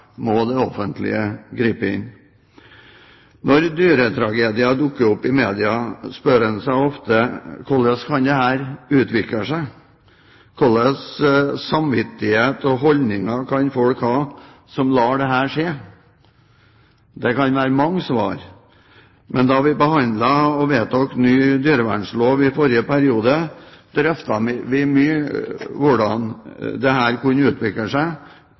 må det offentlige gripe inn. Når dyretragedier dukker opp i media, spør en seg ofte: Hvordan kan dette utvikle seg? Hva slags samvittighet og holdninger kan folk ha, som lar dette skje? Det kan være mange svar. Men da vi behandlet og vedtok ny dyrevernlov i forrige periode, drøftet vi mye hvordan dette kunne utvikle seg